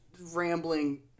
rambling